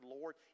Lord